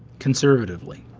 conservatively,